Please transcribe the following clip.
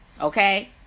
Okay